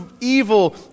evil